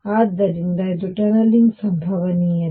ಆದ್ದರಿಂದ ಇದು ಟನಲಿಂಗ್ ಸಂಭವನೀಯತೆ